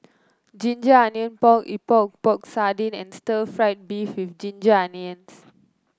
Ginger Onions Pork Epok Epok Sardin and stir fry beef with Ginger Onions